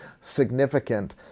significant